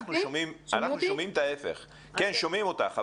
אנחנו שומעים את ההפך,